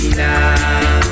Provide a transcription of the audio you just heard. now